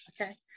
Okay